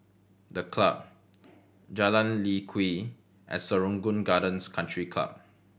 The Club Jalan Lye Kwee and Serangoon Gardens Country Club